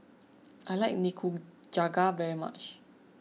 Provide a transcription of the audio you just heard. I like Nikujaga very much